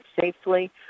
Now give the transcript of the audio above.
safely